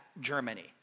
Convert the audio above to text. Germany